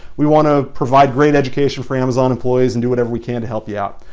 we wanna provide great education for amazon employees and do whatever we can to help you out.